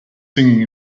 singing